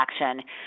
action